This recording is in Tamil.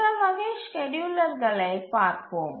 மற்ற வகை ஸ்கேட்யூலர்களைப் பார்ப்போம்